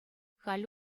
халӗ